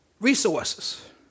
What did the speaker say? Resources